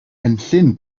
enllyn